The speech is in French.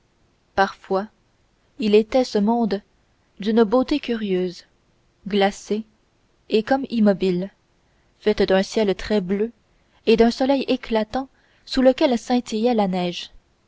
parfois il était ce monde d'une beauté curieuse glacée et comme immobile faite d'un ciel très bleu et d'un soleil éclatant sous lequel scintillait la neige